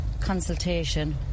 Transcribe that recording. consultation